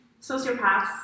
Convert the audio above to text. sociopaths